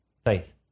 Faith